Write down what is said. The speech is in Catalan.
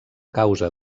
causa